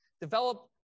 develop